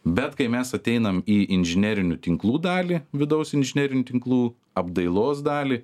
bet kai mes ateinam į inžinerinių tinklų dalį vidaus inžinerinių tinklų apdailos dalį